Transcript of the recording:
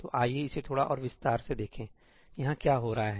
तो आइए इसे थोड़ा और विस्तार से देखें यहाँ क्या हो रहा है